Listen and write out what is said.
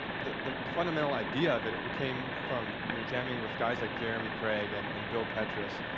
the the fundamental idea of it it came from jamming with guys like jeremy craig and and bill petras,